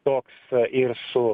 toks ir su